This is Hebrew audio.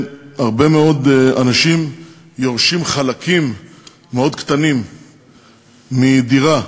הרבה מאוד אנשים יורשים חלקים מאוד קטנים מדירה,